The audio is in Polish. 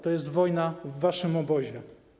To jest wojna w waszym obozie.